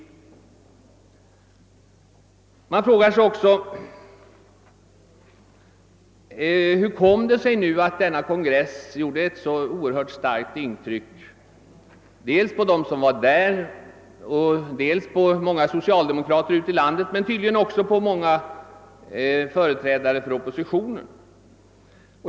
Man frågar sig också hur det kom sig att denna kongress gjorde ett så oerhört starkt intryck dels på dem som var närvarande, dels på många socialdemokrater ute i landet, men tydligen också på många företrädare för oppositionen.